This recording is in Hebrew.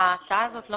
ההצעה הזאת לא